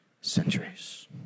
centuries